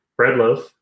Breadloaf